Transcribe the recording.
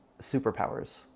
superpowers